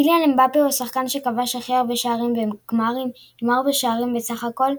קיליאן אמבפה הוא השחקן שכבש הכי הרבה שערים בגמרים עם 4 שערים בסך הכל,